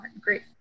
great